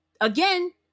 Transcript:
Again